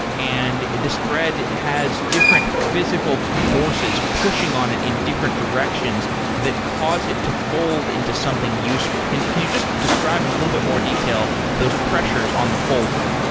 and this thread has different physical forces pushing on it in different directions that cause it to fold into something useful. can can you just describe it in a little bit more detail those pressures on the folding.